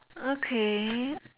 okay